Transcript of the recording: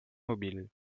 mobiles